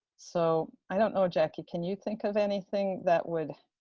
so i don't know. jackie, can you think of anything that would,